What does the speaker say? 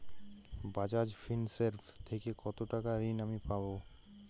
বাজাজ ফিন্সেরভ থেকে কতো টাকা ঋণ আমি পাবো?